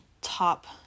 top